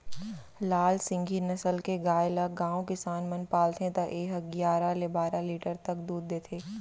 लाल सिंघी नसल के गाय ल गॉँव किसान मन पालथे त ए ह गियारा ले बारा लीटर तक दूद देथे